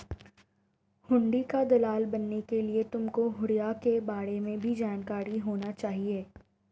हुंडी का दलाल बनने के लिए तुमको हुँड़ियों के बारे में भी जानकारी होनी चाहिए